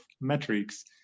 Metrics